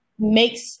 makes